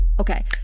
Okay